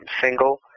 single